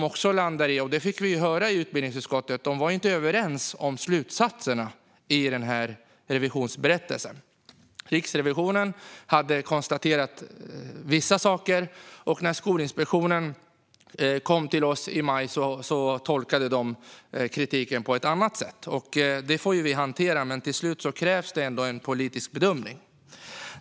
Vi fick höra i utbildningsutskottet att de inte var överens om slutsatserna i revisionsberättelsen. Riksrevisionen hade konstaterat vissa saker, och när Skolinspektionen kom till utskottet i maj tolkade de kritiken på ett annat sätt. Det får vi hantera, men till slut krävs ändå en politisk bedömning.